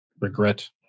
regret